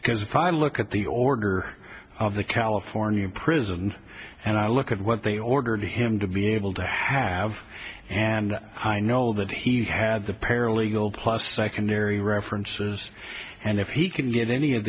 because if i look at the order of the california prison and i look at what they ordered him to be able to have and i know well that he had the paralegal plus secondary references and if he can get any of